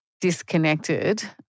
disconnected